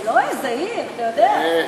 זה לא איזה עיר, אתה יודע.